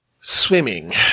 swimming